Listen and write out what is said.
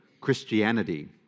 Christianity